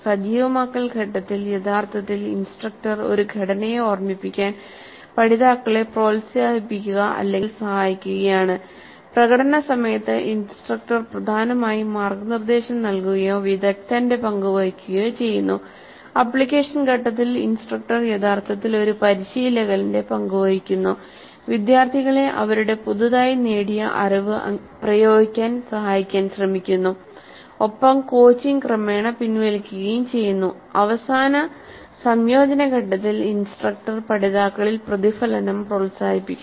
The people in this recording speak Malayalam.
സജീവമാക്കൽ ഘട്ടത്തിൽ യഥാർത്ഥത്തിൽ ഇൻസ്ട്രക്ടർ ഒരു ഘടനയെ ഓർമ്മിപ്പിക്കാൻ പഠിതാക്കളെ പ്രോത്സാഹിപ്പിക്കുക സഹായിക്കുകയാണ് പ്രകടന സമയത്ത് ഇൻസ്ട്രക്ടർ പ്രധാനമായും മാർഗ്ഗനിർദ്ദേശം നൽകുകയോ വിദഗ്ദ്ധന്റെ പങ്ക് വഹിക്കുകയോ ചെയ്യുന്നു ആപ്ലിക്കേഷൻ ഘട്ടത്തിൽ ഇൻസ്ട്രക്ടർ യഥാർത്ഥത്തിൽ ഒരു പരിശീലകന്റെ പങ്ക് വഹിക്കുന്നു വിദ്യാർത്ഥികളെ അവരുടെ പുതുതായി നേടിയ അറിവ് പ്രയോഗിക്കാൻ സഹായിക്കാൻ ശ്രമിക്കുന്നു ഒപ്പം കോച്ചിംഗ് ക്രമേണ പിൻവലിക്കുകയും ചെയ്യുന്നു അവസാന സംയോജന ഘട്ടത്തിൽ ഇൻസ്ട്രക്ടർ പഠിതാക്കളിൽ പ്രതിഫലനം പ്രോത്സാഹിപ്പിക്കണം